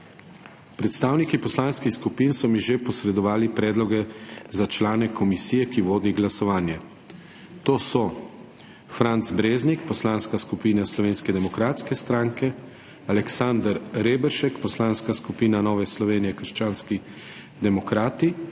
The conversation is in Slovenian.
Predstavniki poslanskih skupin so mi že posredovali predloge za člane komisije, ki vodi glasovanje, to so: Franc Breznik, Poslanska skupina Slovenske demokratske stranke, Aleksander Reberšek, Poslanska skupina Nove Slovenije – krščanski demokrati,